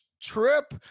trip